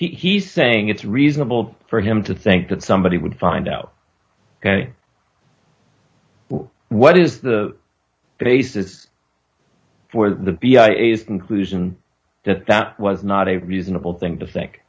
he's saying it's reasonable for him to think that somebody would find out ok what is the basis for the conclusion that that was not a reasonable thing to think